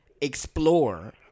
explore